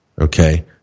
Okay